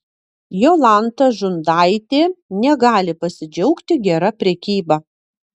jolanta žundaitė negali pasidžiaugti gera prekyba